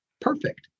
perfect